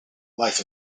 life